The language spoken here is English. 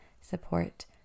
support